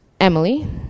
Emily